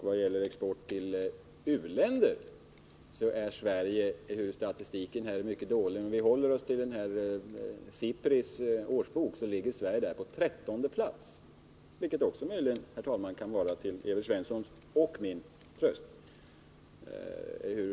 Vad gäller export till u-länder är statistiken visserligen mycket dålig, men om vi håller oss till SIPRI:s årsbok finner vi att Sverige ligger på trettonde plats, vilket möjligen kan vara Evert Svensson och mig till tröst.